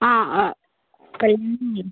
ആ